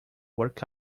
work